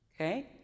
Okay